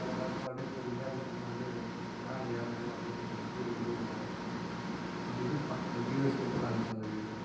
அதில் பார்க்கும்போது அப்படியே பொறுமையாக அந்த சன் வந்து மேலே ஏறமாதிரி அப்படியே தெரியும் சூரியன் உதயமாகிறது அந்த இது பார்க்க அந்த வியூவே சூப்பராக இருந்துச்சு அந்த வியூவே